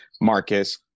Marcus